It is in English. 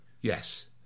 Yes